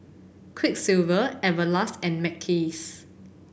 Quiksilver Everlast and Mackays